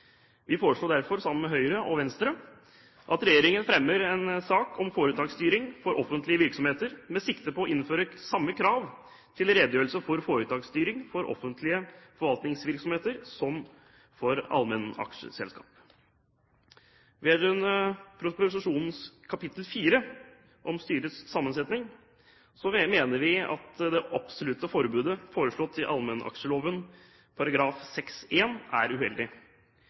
Vi foreslår derfor sammen med Høyre og Venstre: «Stortinget ber Regjeringen fremme sak om foretaksstyring for offentlige virksomheter med sikte på å innføre samme krav til redegjørelse for foretaksstyring for offentlige forvaltningsvirksomheter som for allmennaksjeselskap.» Vedrørende proposisjonens kapittel 4, om styrets sammensetning, mener vi at det absolutte forbudet foreslått i allmennaksjeloven § 6-1 er uheldig.